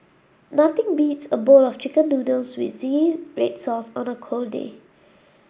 nothing beats a bowl of chicken noodles with zingy red sauce on a cold day